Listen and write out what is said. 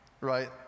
right